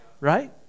Right